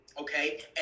okay